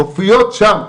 מופיעות שם,